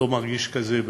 לא מרגיש כזה בינתיים,